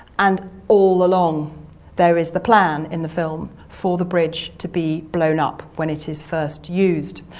and all along there is the plan in the film for the bridge to be blown up when it is first used,